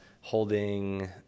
holding